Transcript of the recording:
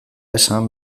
esan